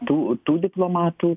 tų tų diplomatų